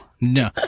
no